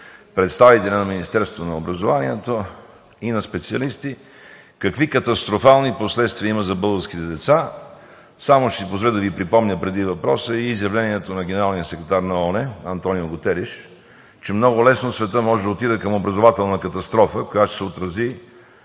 представителя на Министерството на образованието, и на специалисти какви катастрофални последствия има за българските деца. Само ще си позволя да Ви припомня преди въпроса и изявлението на генералния секретар на ООН Антонио Гутериш, че много лесно светът може да отиде към образователна катастрофа, която ще се отрази